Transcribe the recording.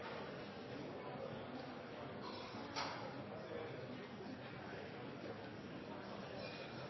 Jeg må